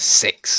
six